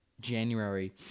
January